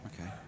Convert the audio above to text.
Okay